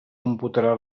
computarà